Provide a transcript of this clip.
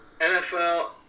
NFL